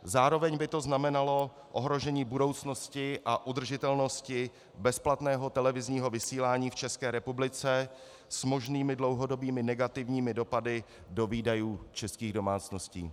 Zároveň by to znamenalo ohrožení budoucnosti a udržitelnosti bezplatného televizního vysílání v České republice s možnými dlouhodobými negativními dopady do výdajů českých domácností.